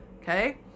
Okay